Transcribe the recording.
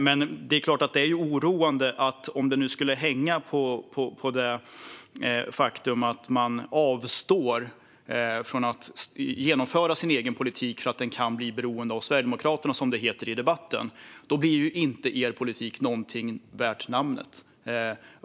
Men det är klart att det är oroande om det finns risk att ni avstår från att genomföra er egen politik med motiveringen att den kan bli beroende av Sverigedemokraterna, som det heter i debatten. Då blir ju er politik inte värd namnet.